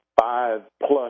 five-plus